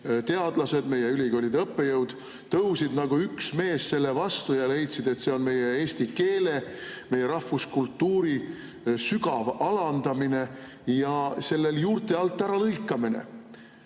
teadlased, meie ülikoolide õppejõud, tõusid nagu üks mees selle vastu ja leidsid, et see on meie eesti keele, meie rahvuskultuuri sügav alandamine ja sellel juurte alt äralõikamine.